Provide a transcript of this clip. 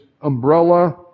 umbrella